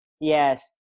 yes